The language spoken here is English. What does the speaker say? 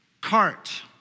cart